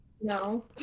No